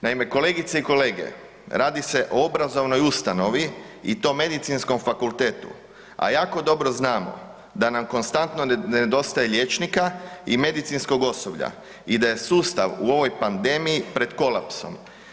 Naime, kolegice i kolege, radi se o obrazovnoj ustanovi i to medicinskom fakultetu, a jako dobro znamo da nam konstantno nedostaje liječnika i medicinskog osoblja i da je sustav u ovoj pandemiji pred kolapsom.